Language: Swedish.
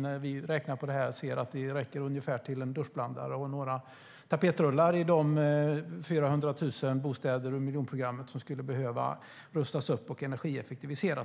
När vi räknar på det ser vi att det är pengar som räcker ungefär till en duschblandare och några tapetrullar i de 400 000 bostäder i miljonprogrammet som skulle behöva rustas upp och energieffektiviseras.